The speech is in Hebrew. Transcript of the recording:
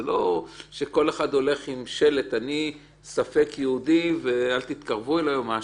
זה לא שכל אחד הולך עם שלט: אני ספק יהודי ואל תתקרבו אלי או משהו.